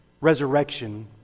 resurrection